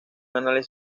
análisis